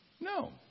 No